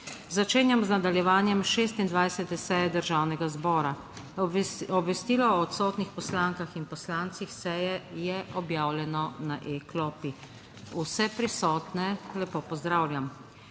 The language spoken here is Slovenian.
Začenjam z nadaljevanjem 26. seje Državnega zbora. Obvestilo o odsotnih poslankah in poslancih seje je objavljeno na e-klopi. Vse prisotne lepo pozdravljam!